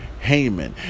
Heyman